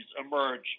emerge